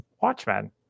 Watchmen